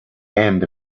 end